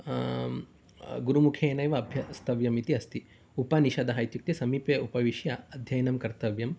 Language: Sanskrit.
गुरुमुखेन एव अभ्यस्तव्यम् इति अस्ति उपनिषदः इत्युक्ते समीपे उपविश्य अध्ययनं कर्तव्यम्